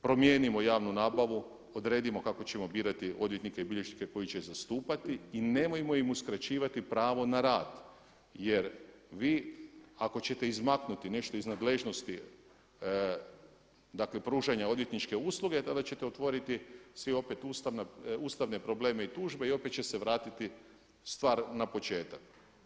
Promijenimo javnu nabavu, odredimo kako ćemo birati odvjetnike i bilježnike koji će ih zastupati i nemojmo im uskraćivati pravo na rad jer vi ako ćete izmaknuti nešto iz nadležnosti, dakle pružanja odvjetničke usluge, tada ćete otvoriti svi opet ustavne probleme i tužbe i opet će se vratiti stvar na početak.